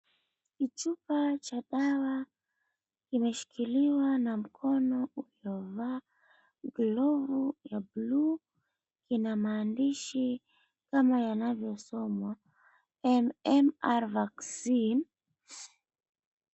Chupa cha dawa, imeshikiliwa na mkono uliovaa glovu ya blue , ina maandishi kama yanavyosomwa, MMR Vaccine .